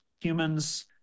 humans